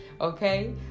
okay